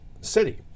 city